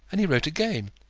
and he wrote again.